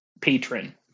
patron